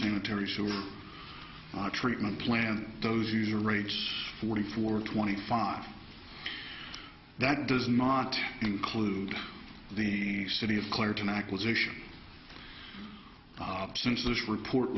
sanitary sewer treatment plant those user rates forty four twenty five that does not include the city of claritin acquisition bob since this report